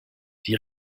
die